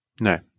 No